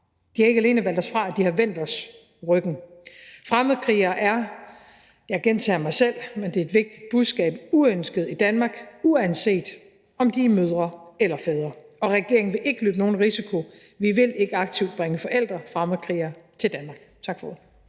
De har ikke alene valgt os fra, de har også vendt os ryggen. Fremmedkrigere er – jeg gentager mig selv, men det er et vigtigt budskab – uønskede i Danmark, uanset om de er mødre eller fædre, og regeringen vil ikke løbe nogen risiko, vi vil ikke aktivt bringe forældre, fremmedkrigere til Danmark. Tak for